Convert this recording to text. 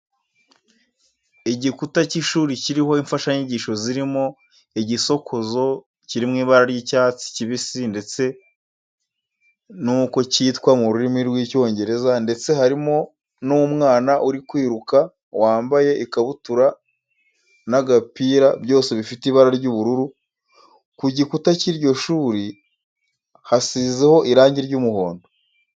Igkuta cy'ishuri kiriho imfashanyigisho zirimo: igisokozo kiri mu ibara ry'icyatsi kibisi ndetse n'uko cyitwa mu rurimi rw'Icyongereza ndetse harimo n'umwana uri kwiruka, wambaye ikabutura n'agapira byose bifite ibara ry'ubururu. Ku gikuta cy'iryo shuri hasizeho irange ry'umuhondo.